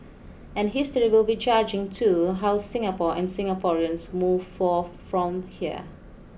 and history will be judging too how Singapore and Singaporeans move forth from here